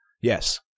Yes